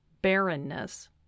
barrenness